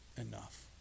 enough